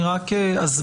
אני רק אסביר